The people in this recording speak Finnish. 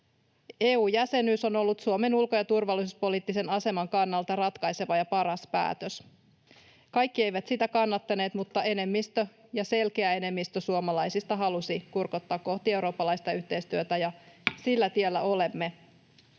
EU-jäsenyys on ollut Suomen ulko- ja turvallisuuspoliittisen aseman kannalta ratkaiseva ja paras päätös. Kaikki eivät sitä kannattaneet, mutta enemmistö — ja selkeä enemmistö — suomalaisista halusi kurkottaa kohti eurooppalaista yhteistyötä, [Puhemies